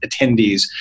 attendees